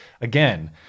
again